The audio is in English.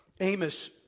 Amos